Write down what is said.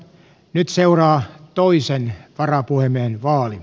nyt seuraa toisen varapuhemiehen vaali